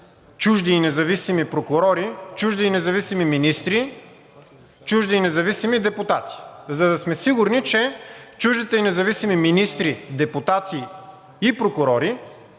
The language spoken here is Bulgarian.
чужди и независими прокурори, чужди и независими министри, чужди и независими депутати, за да сме сигурни, че чуждите и независими министри, депутати и прокурори